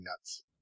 nuts